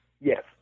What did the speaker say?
Yes